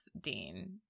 dean